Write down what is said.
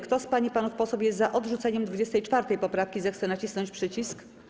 Kto z pań i panów posłów jest za odrzuceniem 24. poprawki, zechce nacisnąć przycisk.